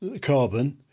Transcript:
carbon